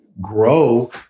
grow